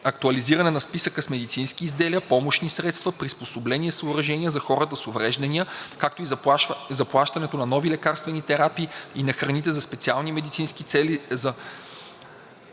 актуализирането на списъка с медицински изделия, помощни средства, приспособления и съоръжения за хората с увреждания, както и заплащането на нови лекарствени терапии и на храните за специални медицински цели